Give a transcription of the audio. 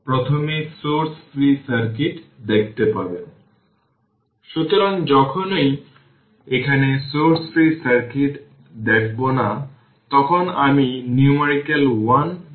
সুতরাং time t বাড়ার সাথে সাথে ভোল্টেজ 0 এর দিকে ডিক্রিস হয়